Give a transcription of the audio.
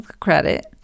credit